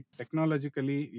technologically